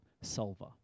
solver